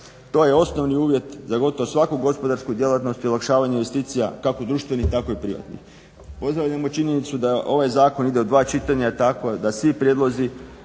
To je osnovni uvjet za gotovo svaku gospodarsku djelatnost i olakšavanje investicija, kako društvenih tako i privatnih. Pozdravljamo činjenicu da ovaj zakon ide u dva čitanja tako da svi prijedlozi